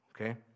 okay